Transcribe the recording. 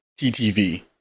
TTV